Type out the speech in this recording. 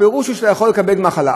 הפירוש הוא שאתה יכול לקבל דמי מחלה,